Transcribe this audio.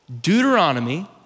Deuteronomy